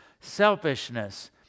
selfishness